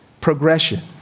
Progression